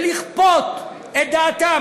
ולכפות את דעתם.